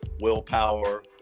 willpower